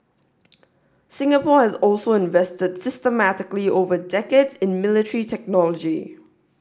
Singapore has also invested systematically over decades in military technology